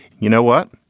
you know what?